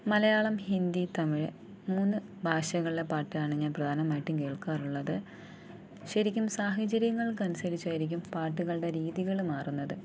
മലയാളം ഹിന്ദി തമിഴ് മൂന്ന് ഭാഷകളിലെ പാട്ടാണ് ഞാന് പ്രധാനമായിട്ടും കേൾക്കാറുള്ളത് ശരിക്കും സാഹചര്യങ്ങൾക്കനുസരിച്ചായിരിക്കും പാട്ടുകളുടെ രീതികള് മാറുന്നത്